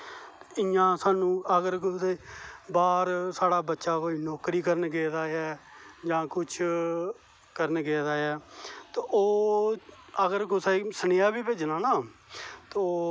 इयां स्हानू अगर कुतै बाहर साढ़ा बच्चा कोई नौकरी करन गेदा ऐ जां कुछ करन गेदा ऐ ते ओह् अगर कुसेगी सनेहा बी भेजना ना तो